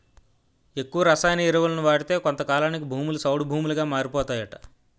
ఎక్కువ రసాయన ఎరువులను వాడితే కొంతకాలానికి భూములు సౌడు భూములుగా మారిపోతాయట